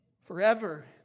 forever